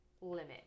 limit